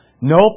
Nope